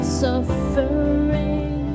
suffering